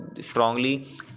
strongly